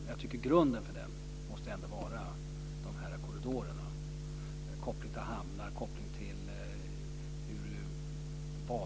Men jag tycker att grunden för den ändå måste vara de här korridorerna.